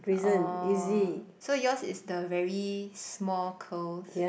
oh so yours is the very small curls